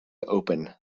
open